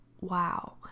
wow